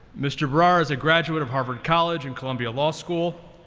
mr. bharara is a graduate of harvard college and columbia law school,